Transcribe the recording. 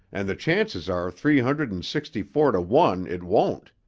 and the chances are three hundred and sixty-four to one it won't.